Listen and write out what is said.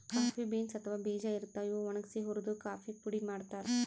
coffee beans ಅಥವಾ ಬೀಜಾ ಇರ್ತಾವ್, ಇವ್ ಒಣಗ್ಸಿ ಹುರ್ದು ಕಾಫಿ ಪುಡಿ ಮಾಡ್ತಾರ್